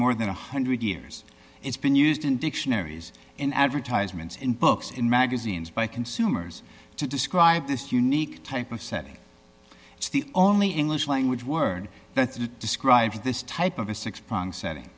more than one hundred years it's been used in dictionaries in advertisements in books in magazines by consumers to describe this unique type of setting it's the only english language word that describes this type of a six